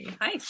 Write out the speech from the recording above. Hi